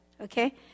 Okay